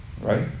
Right